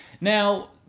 Now